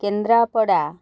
Kendrapara